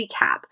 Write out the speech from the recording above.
recap